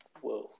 Whoa